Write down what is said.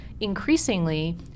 increasingly